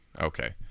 Okay